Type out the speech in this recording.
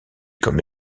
comme